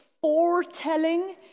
foretelling